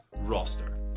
roster